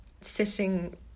sitting